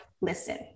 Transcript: listen